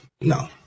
No